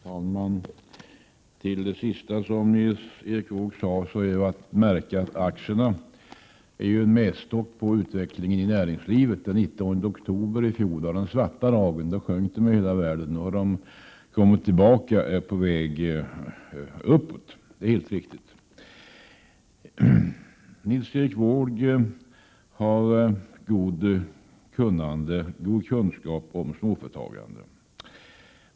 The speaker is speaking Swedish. Herr talman! Vad gäller det sista som Nils Erik Wååg sade är ju att märka att aktierna är en måttstock på utvecklingen i näringslivet. Den 19 oktober i fjol var den svarta dagen. Aktiekurserna sjönk då i hela världen. De har nu kommit tillbaka och är på väg uppåt. Det är helt riktigt. Nils Erik Wååg har goda kunskaper om småföretagande.